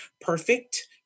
perfect